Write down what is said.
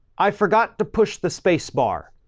i forgot to push the space bar.